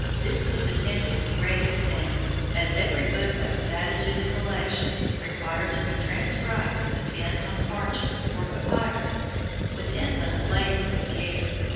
this was attended with great expense, as every book that was added to the collection required to be transcribed with a pen on parchment or papyrus with infinite labor and care.